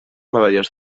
medalles